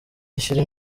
nshyire